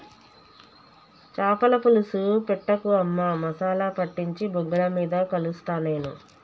చాపల పులుసు పెట్టకు అమ్మా మసాలా పట్టించి బొగ్గుల మీద కలుస్తా నేను